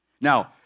Now